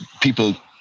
people